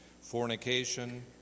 fornication